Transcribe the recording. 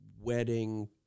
wedding